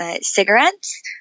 cigarettes